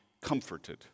comforted